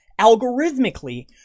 algorithmically